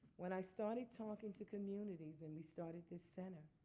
when i started talking to communities and we started the center,